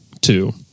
Two